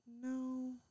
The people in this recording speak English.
No